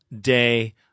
day